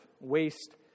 waste